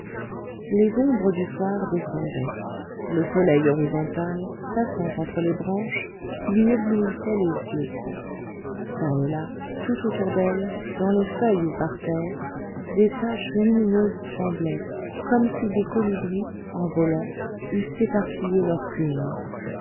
les ombres du soir descendaient le soleil horizontal passant entre les branches lui éblouissait les yeux çà et là tout autour d'elle dans les feuilles ou par terre des taches lumineuses tremblaient comme si des colibris en volant eussent éparpillé leurs plumes